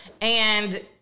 and-